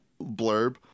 blurb